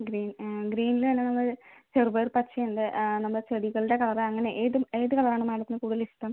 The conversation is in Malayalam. ഗ്രീൻ ഗ്രീനിൽ തന്നെ നമുക്ക് ചെറുപയർ പച്ച ഉണ്ട് നമ്മൾ ചെടികളുടെ കളർ അങ്ങനെ ഏത് ഏത് കളർ ആണ് മേഡത്തിന് കൂടുതൽ ഇഷ്ടം